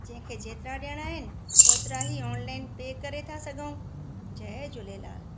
जंहिंखे जेतिरा ॾियणा आहिनि होतिरा ई ऑनलाइन पे करे त सघूं जय झूलेलाल